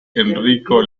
enrico